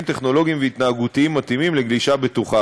טכנולוגיים והתנהגותיים מתאימים לגלישה בטוחה.